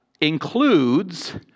includes